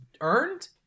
earned